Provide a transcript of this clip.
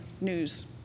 news